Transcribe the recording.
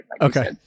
Okay